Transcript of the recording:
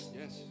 yes